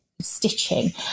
stitching